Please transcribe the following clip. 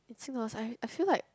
Sing dollars I I feel like